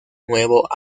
nuevo